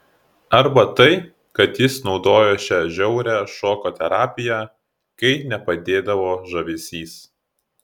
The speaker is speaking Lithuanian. arba tai kad jis naudojo šią žiaurią šoko terapiją kai nepadėdavo žavesys